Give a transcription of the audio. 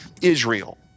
Israel